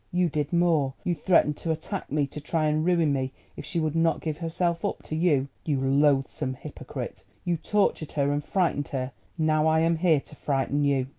you did more you threatened to attack me, to try and ruin me if she would not give herself up to you. you loathsome hypocrite, you tortured her and frightened her now i am here to frighten you.